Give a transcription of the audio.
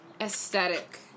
aesthetic